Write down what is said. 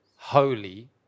Holy